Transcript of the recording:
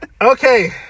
Okay